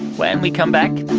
when we come back,